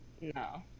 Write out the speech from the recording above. No